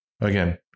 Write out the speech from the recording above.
again